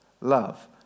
love